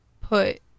put